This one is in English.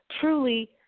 truly